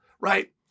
right